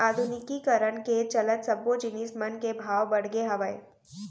आधुनिकीकरन के चलत सब्बो जिनिस मन के भाव बड़गे हावय